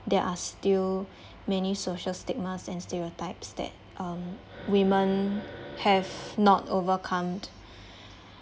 there are still many social stigmas and stereotypes that um women have not overcome